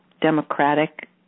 democratic